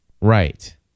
Right